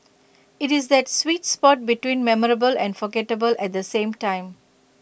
IT is that sweet spot between memorable and forgettable at the same time